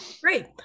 Great